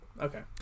okay